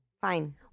Fine